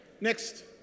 Next